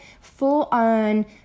full-on